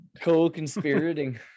co-conspirating